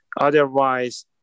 Otherwise